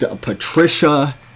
Patricia